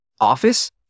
Office